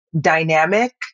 dynamic